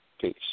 Peace